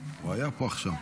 הינה,